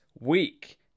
week